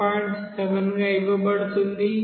7 గా ఇవ్వబడుతుంది k 0